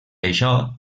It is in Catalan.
això